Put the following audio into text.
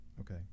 okay